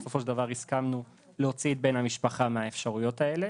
בסופו של דבר הסכמנו להוציא את בן המשפחה מהאפשרויות האלה,